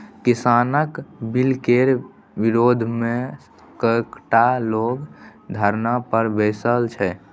किसानक बिलकेर विरोधमे कैकटा लोग धरना पर बैसल छै